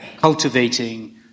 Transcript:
cultivating